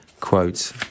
Quote